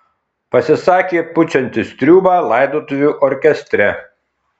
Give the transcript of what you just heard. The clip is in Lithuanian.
pasisakė pučiantis triūbą laidotuvių orkestre